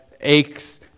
aches